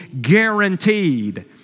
guaranteed